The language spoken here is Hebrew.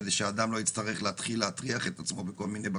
כדי שאדם לא יצטרך להתחיל להטריח את עצמו בכל מיני בקשות?